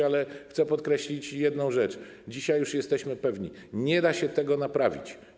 Ale chcę podkreślić jedną rzecz: dzisiaj już jesteśmy pewni, że nie da się tego naprawić.